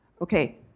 Okay